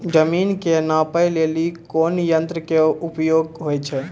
जमीन के नापै लेली कोन यंत्र के उपयोग होय छै?